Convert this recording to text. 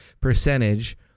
percentage